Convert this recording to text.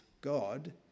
God